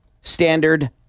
standard